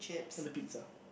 and the pizza